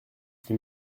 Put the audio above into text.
qui